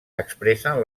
expressen